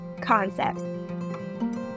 concepts